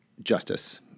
Justice